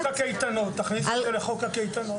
מה שקשור לקייטנות, תכניסו לחוק הקייטנות.